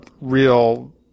real